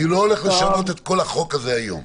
אני לא הולך לשנות את כל החוק הזה היום.